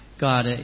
God